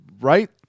right